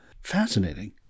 Fascinating